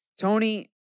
Tony